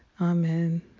Amen